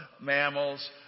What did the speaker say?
mammals